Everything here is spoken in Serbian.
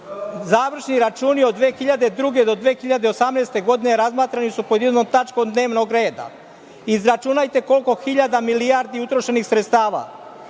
Završni računi od 2002. do 2028. godine su razmatrani pod jednom tačkom dnevnog reda. Izračunajte koliko hiljada milijardi utrošenih sredstava,